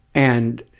and